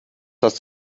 hast